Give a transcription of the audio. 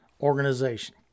organization